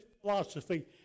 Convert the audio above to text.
philosophy